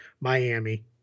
Miami